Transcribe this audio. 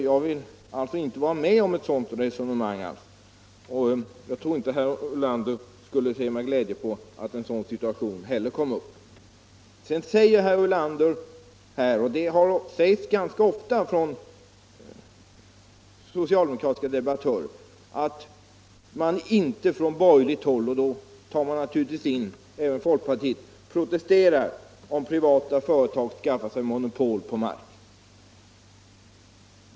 Jag vill inte vara med om ett sådant resonemang, och jag tror inte att herr Ulander heller skulle se med glädje att en sådan situation uppkom. Sedan säger herr Ulander — och det säger socialdemokratiska debattörer ganska ofta — att man inte från borgerligt håll, då räknas naturligtvis även folkpartiet in, protesterar om privata företag skaffar sig monopol på mark.